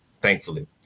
thankfully